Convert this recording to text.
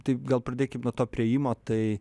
taip gal pradėkim nuo to priėjimo tai